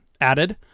added